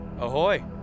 Ahoy